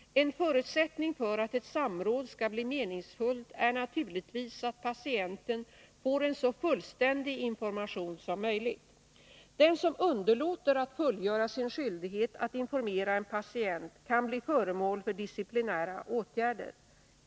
En förutsättning för att ett samråd skall bli meningsfullt är naturligtvis att patienten får en så fullständig information som möjligt. Den som underlåter att fullgöra sin skyldighet att informera en patient kan bli föremål för disciplinära åtgärder.